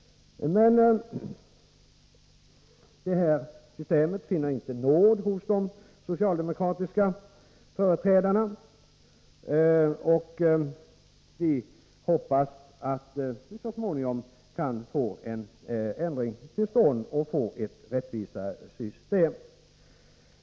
Men detta system finner inte nåd hos de socialdemokratiska företrädarna. Vi hoppas att vi så småningom skall kunna få en ändring till stånd och få ett rättvisare system.